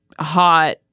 hot